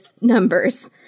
numbers